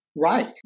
Right